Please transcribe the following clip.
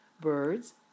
birds